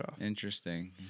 Interesting